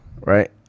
Right